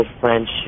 French